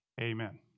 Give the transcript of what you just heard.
Amen